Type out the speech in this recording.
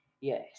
Yes